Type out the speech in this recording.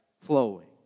flowing